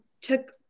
took